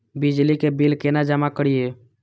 बिजली के बिल केना जमा करिए?